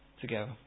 together